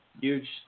huge